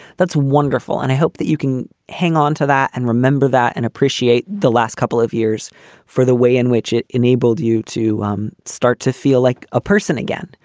that's wonderful. and i hope that you can hang on to that. and remember that and appreciate the last couple of years for the way in which it enabled you to um start to feel like a person again.